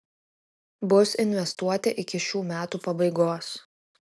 bus investuoti iki šių metų pabaigos